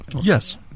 Yes